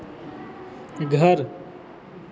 घर